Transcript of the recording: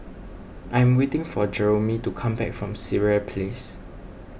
I am waiting for Jeromy to come back from Sireh Place